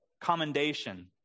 commendation